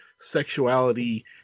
sexuality